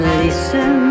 listen